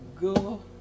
Go